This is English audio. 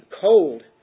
cold